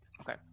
Okay